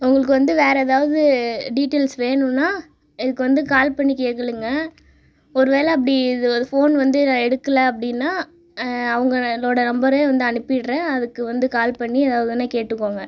உங்களுக்கு வந்து வேற ஏதாவது டிடைல்ஸ் வேணுனா எனக்கு வந்து கால் பண்ணி கேளுங்கள் ஒரு வேலை அப்படி இது ஃபோன் வந்து நான் எடுக்கல அப்படின்னா அவங்களோட நம்பரே வந்து அனுப்பிடுறேன் அதுக்கு வந்து கால் பண்ணி ஏதாவதுனா கேட்டுக்கோங்கள்